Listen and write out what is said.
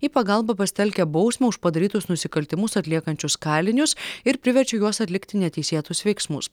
į pagalbą pasitelkia bausmę už padarytus nusikaltimus atliekančius kalinius ir priverčia juos atlikti neteisėtus veiksmus